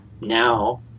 now